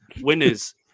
winners